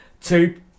two